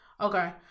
Okay